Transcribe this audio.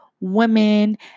women